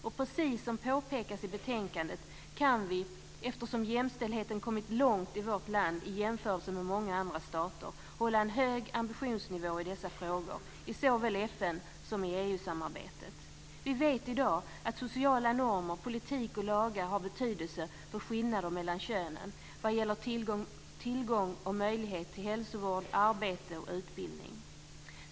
Och precis som påpekas i betänkandet kan vi, eftersom jämställdheten kommit långt i vårt land i jämförelse med många andra stater, hålla en hög ambitionsnivå i dessa frågor i såväl FN som EU-samarbetet. Vi vet i dag att sociala normer, politik och lagar har betydelse för skillnader mellan könen, vad gäller tillgång och möjlighet till hälsovård, arbete och utbildning.